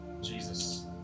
Jesus